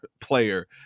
player